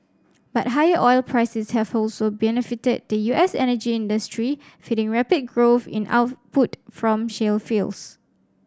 but higher oil prices have also benefited the U S energy industry feeding rapid growth in output from shale fields